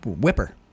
whipper